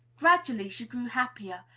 gradually she grew happier,